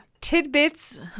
Tidbits